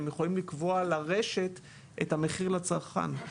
הם יכולים לקבוע לרשת את המחיר לצרכן,